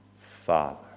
Father